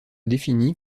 définie